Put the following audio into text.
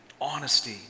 honesty